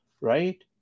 right